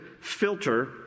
filter